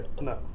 No